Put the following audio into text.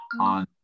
on